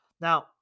Now